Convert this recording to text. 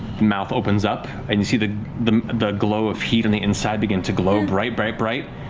mouth opens up, and you see the the and glow of heat on the inside begin to glow bright, bright, bright.